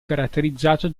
caratterizzato